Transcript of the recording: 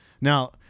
Now